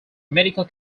medical